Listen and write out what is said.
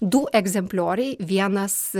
du egzemplioriai vienas